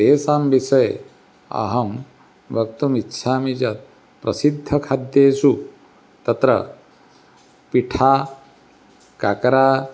तेषां विषये अहं वक्तुमिच्छामि च प्रसिद्धखाद्येषु तत्र पिठा काकरा